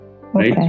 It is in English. right